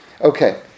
Okay